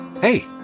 Hey